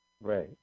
Right